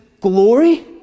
glory